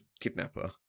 kidnapper